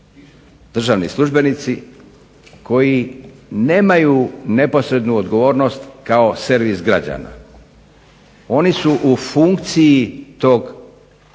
državni službenici koji nemaju neposrednu odgovornost kao servis građana. Oni su u funkciji tog